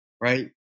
Right